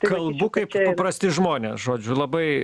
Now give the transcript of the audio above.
kalbu kaip paprasti žmonės žodžiu labai